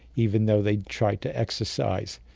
even though they try to exercise,